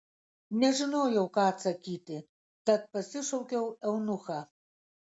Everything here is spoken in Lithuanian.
nežinojau ką atsakyti tad pasišaukiau eunuchą